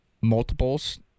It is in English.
multiples